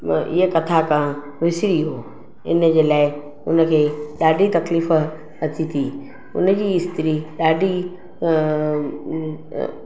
हीअ कथा करणु विसिरी वियो इन जे लाइ उनखे ॾाढी तकलीफ़ अची थी उनजी स्त्री ॾाढी